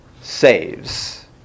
saves